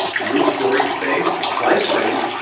roof storage space, fly screens,